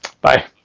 Bye